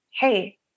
hey